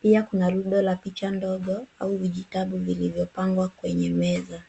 Pia kuna rundo ya picha ndogo au vijitabu vilivyopangwa kwenye meza.